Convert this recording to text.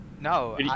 No